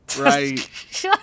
right